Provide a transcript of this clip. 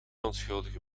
onschuldige